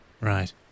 right